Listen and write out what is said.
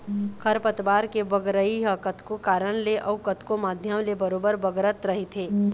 खरपतवार के बगरई ह कतको कारन ले अउ कतको माध्यम ले बरोबर बगरत रहिथे